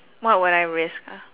what will I risk ah